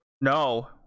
No